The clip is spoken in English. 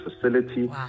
facility